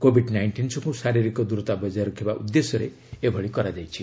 Covid nineteen ଯୋଗୁଁ ଶାରିରୀକ ଦୂରତା ବଜାୟ ରଖିବା ଉଦ୍ଦେଶ୍ୟରେ ଏଭଳି କରାଯାଇଛି